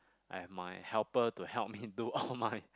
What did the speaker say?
I have my helper to help me do all my